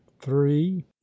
three